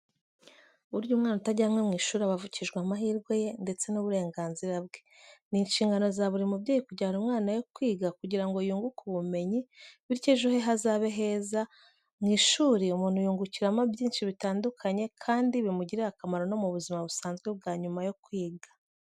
Burya umwana utajyanwe mu ishuri aba avukijwe amahirwe ye ndetse n'uburenganzira bwe. Ni inshingano za buri mubyeyi kujyana amwana we kwiga kugira ngo yunguke ubumenyi, bityo ejo he hazabe heza, mu ishuri umuntu yungukiramo byinshi bitandukanye kandi bimugirira akamaro no mu buzima busanzwe bwa nyuma yo kwiga.